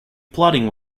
plotting